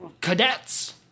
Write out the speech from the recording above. cadets